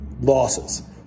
losses